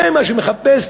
זה מה שהמדינה מחפשת,